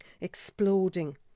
exploding